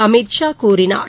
அமித் ஷா கூறினார்